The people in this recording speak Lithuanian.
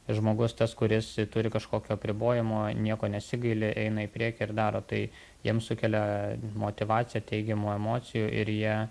žmogus tas kuris turi kažkokių apribojimų nieko nesigaili eina į priekį ir daro tai jiems sukelia motyvaciją teigiamų emocijų ir jie